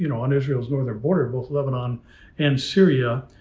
you know on israel's northern border, both lebanon and syria.